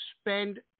spend